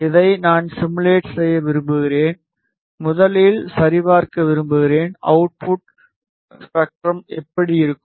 இதை நான் சிமுலேட் செய்ய விரும்புகிறேன் முதலில் சரிபார்க்க விரும்புகிறேன் அவுட்புட் ஸ்பெக்ட்ரம் எப்படி இருக்கும்